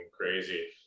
crazy